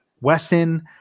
Wesson